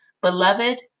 Beloved